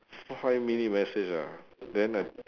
five minute message ah then I